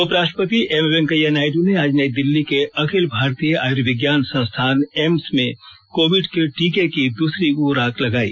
उपराष्ट्रपति एम वैकेया नायड् ने आज नई दिल्ली के अखिल भारतीय आर्युविज्ञान संस्थान एम्स में कोविड के टीके की दूसरी खुराक लगवाई